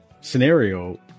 scenario